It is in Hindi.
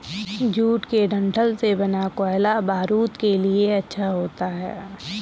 जूट के डंठल से बना कोयला बारूद के लिए अच्छा होता है